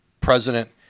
president